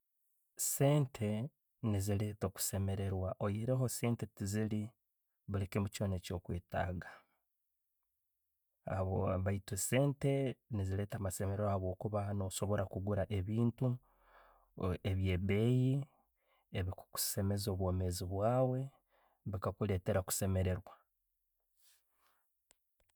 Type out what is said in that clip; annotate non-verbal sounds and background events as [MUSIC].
Sente neziretta okusemererwa oyireho sente teziiri bulikimu kyona ekyo'kwettaga. [HESITATION] baitu sente nezireeta amasemererwa habwokuba no'sobora okugura ebintu ebye beyi ebi kusemeeza obwomezi bwawe bukakuleetera okusemerewa.